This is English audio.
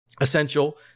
Essential